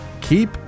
keep